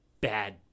bad